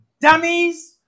dummies